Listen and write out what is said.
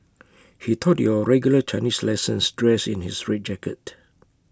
he taught your regular Chinese lessons dressed in his red jacket